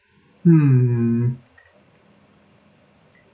hmm